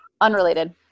Unrelated